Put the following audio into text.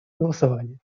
голосования